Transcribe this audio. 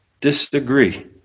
disagree